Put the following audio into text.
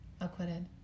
Acquitted